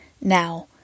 Now